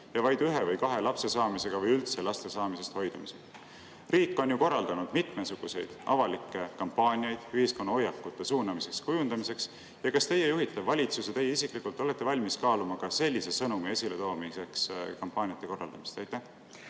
ja vaid ühe või kahe lapse saamisega või üldse laste saamisest hoidumisega? Riik on korraldanud mitmesuguseid avalikke kampaaniaid ühiskonna hoiakute suunamiseks ja kujundamiseks. Kas teie juhitav valitsus ja teie isiklikult olete valmis kaaluma sellise sõnumi esiletoomiseks kampaaniate korraldamist?